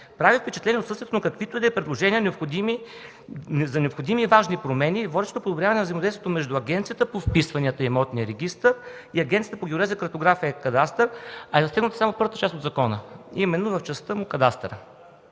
„Прави впечатление отсъствието на каквито и да е предложения за необходими и важни промени, водещи до подобряване на взаимодействието между Агенцията по вписванията и имотния регистър и Агенцията по геодезия, картография и кадастър, а е засегнатата в първата част на закона, а именно – в частта за кадастъра”.